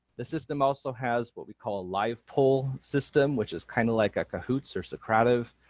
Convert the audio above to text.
the system also has what we call a live poll system, which is kind of like a cahoots or socrative,